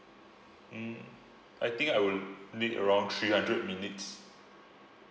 mm I think I would need around three hundred minutes